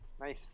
Nice